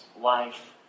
life